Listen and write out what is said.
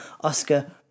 Oscar